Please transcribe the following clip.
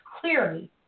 clearly